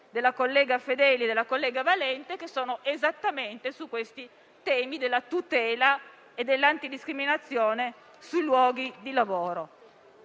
della collega Fedeli e della collega Valente aventi proprio a oggetto i temi della tutela e dell'antidiscriminazione sui luoghi di lavoro.